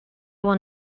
won